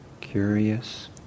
curious